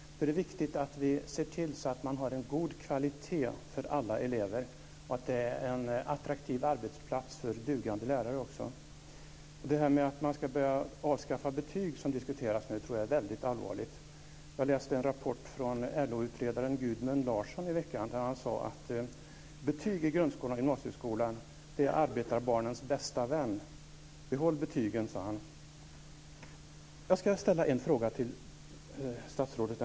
Det är viktigt att se till att man har en god kvalitet för alla elever och att skolan blir en attraktiv arbetsplats för dugande lärare. Jag tror att den diskussion som nu förs om avskaffande av betyg är väldigt allvarlig. Jag läste under veckan en rapport från LO utredaren Gudmund Larsson, som där uttalade att betyg i grundskolan och gymnasieskolan är arbetarbarnens bästa vän. Behåll betygen! sade han. Jag ska ändå ställa en fråga till statsrådet.